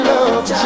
Love